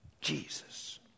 Jesus